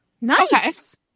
Nice